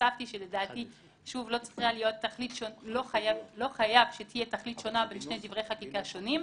הוספתי שלדעתי לא חייב שתהיה תכלית שונה בין שני דברי חקיקה שונים.